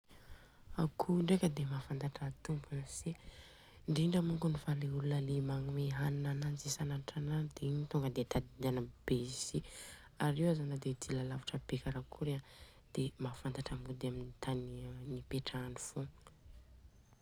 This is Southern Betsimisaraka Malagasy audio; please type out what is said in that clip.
Akoho ndreka dia mahafantatra an'ny tompony. Sy indrindra moko fa le olona magnome hanina ananjy isanandro isanandro dia iny tonga dia tadidiny be sy ary io aza nade dila lavitra be karakory dia mafantatra mody aminy tany nipetrahany fogna.